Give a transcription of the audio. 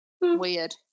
Weird